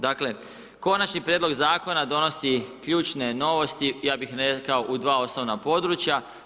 Dakle, konačni prijedlog zakona, donosi ključne novosti, ja bi rekao u 2 osnovna područja.